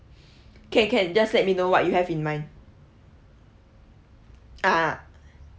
okay can just let me know what you have in mind ah